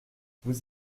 vous